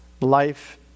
Life